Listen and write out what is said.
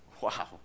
Wow